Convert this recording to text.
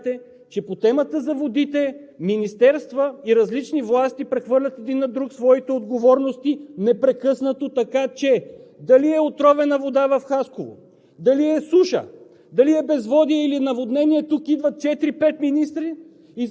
Това е един от огромните проблеми, които всички Вие знаете, а именно, че по темата за водите министерства и различни власти прехвърлят едни на други своите отговорности непрекъснато, така че дали е отровена вода в Хасково, дали е суша,